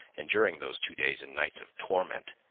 and during those two days and nights of torment,